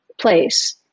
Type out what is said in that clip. place